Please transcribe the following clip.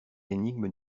énigmes